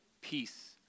peace